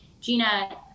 Gina